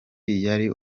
yari